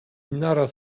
naraz